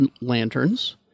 Lanterns